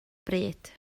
bryd